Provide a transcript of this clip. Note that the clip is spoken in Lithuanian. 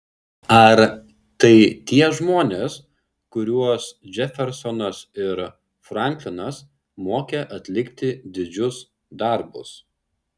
ar tai tie žmonės kuriuos džefersonas ir franklinas mokė atlikti didžius darbus